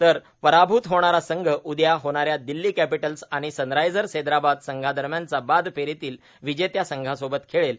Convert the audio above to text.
तर पराभूत होणारा संघ उद्या होणाऱ्या दिल्ली कॅपिटल्स् आणि सनराजर्स हैद्राबाद संघादरम्यानचा बाद फेरीतील विजेत्या संघासोबत खेळेल